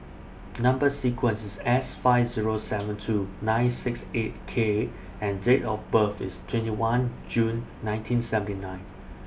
Number sequence IS S five Zero seven two nine six eight K and Date of birth IS twenty one June nineteen seventy one